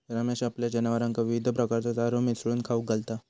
रमेश आपल्या जनावरांका विविध प्रकारचो चारो मिसळून खाऊक घालता